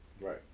Right